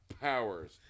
powers